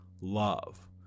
love